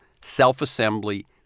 self-assembly